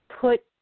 put